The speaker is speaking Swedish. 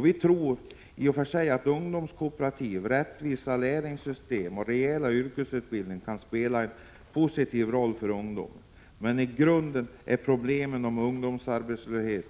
Vi tror i och för sig att ungdomskooperativ, rättvisa lärlingssystem och rejäla yrkesutbildningar kan spela en positiv roll för ungdomen. Men i grunden är problemet med ungdomsarbetslöshet